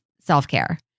self-care